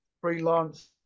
freelance